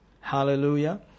Hallelujah